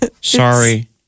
Sorry